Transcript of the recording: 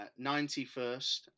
91st